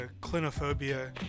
Clinophobia